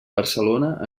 barcelona